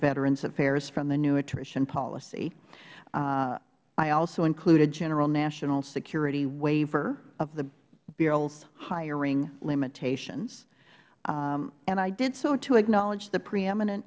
veterans affairs from the new attrition policy i also included a general national security waiver of the bill's hiring limitations and i did so to acknowledge the preeminen